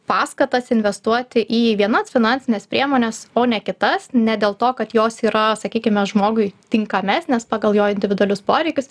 paskatas investuoti į vienas finansines priemones o ne kitas ne dėl to kad jos yra sakykime žmogui tinkamesnės pagal jo individualius poreikius